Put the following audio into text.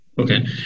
Okay